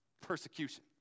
persecution